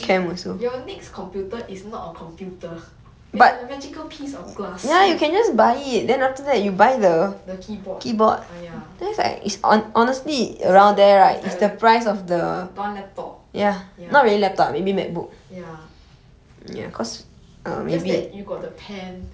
your next your next computer is not a computer is a magical piece of glass the keyboard ah ya is like one laptop ya